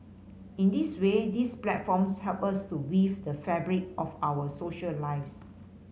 in this way these platforms help us to weave the fabric of our social lives